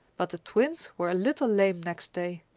but the twins were a little lame next day.